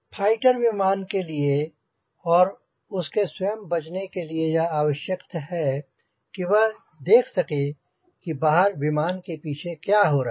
fighter विमान के लिए और उसके स्वयं बचने के लिए यह आवश्यक है कि वह देख सके कि बाहर विमान के पीछे क्या हो रहा है